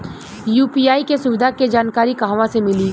UPI के सुविधा के जानकारी कहवा से मिली?